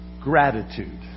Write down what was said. gratitude